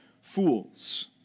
fools